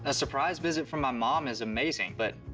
ah surprise visit from my mom is amazing, but,